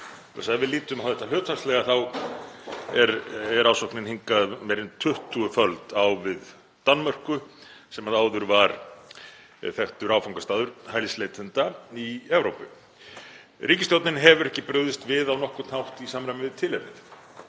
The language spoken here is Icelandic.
Ef við lítum á þetta hlutfallslega þá er ásóknin hingað meira en tuttuguföld á við Danmörku sem áður var þekktur áfangastaður hælisleitenda í Evrópu. Ríkisstjórnin hefur ekki brugðist við á nokkurn hátt í samræmi við tilefnið